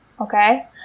Okay